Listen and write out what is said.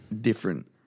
different